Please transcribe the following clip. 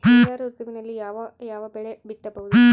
ಹಿಂಗಾರು ಋತುವಿನಲ್ಲಿ ಯಾವ ಯಾವ ಬೆಳೆ ಬಿತ್ತಬಹುದು?